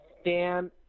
stand